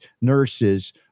nurses